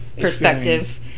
perspective